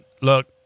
look